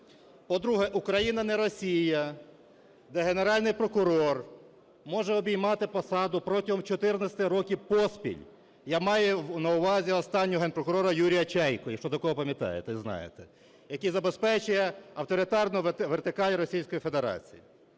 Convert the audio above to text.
По-друге, Україна не Росія, де Генеральний прокурор може обіймати посаду протягом 14 років поспіль, я маю на увазі останнього Генпрокурора Юрія Чайку, якщо такого пам'ятаєте, і знаєте, який забезпечує авторитарну вертикаль Російської Федерації.